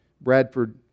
Bradford